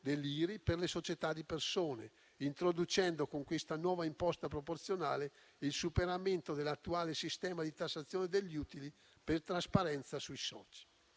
(IRI) per le società di persone, introducendo con questa nuova imposta proporzionale il superamento dell'attuale sistema di tassazione degli utili per trasparenza sui soci.